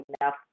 enough